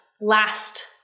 Last